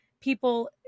people